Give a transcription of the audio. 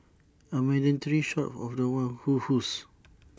A mandatory shot of The One who who's